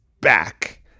back